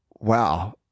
wow